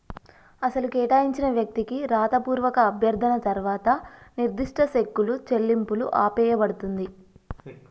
అసలు కేటాయించిన వ్యక్తికి రాతపూర్వక అభ్యర్థన తర్వాత నిర్దిష్ట సెక్కులు చెల్లింపులు ఆపేయబడుతుంది